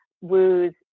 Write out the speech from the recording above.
Wu's